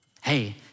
Hey